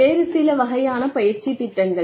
வேறு சில வகையான பயிற்சித் திட்டங்கள்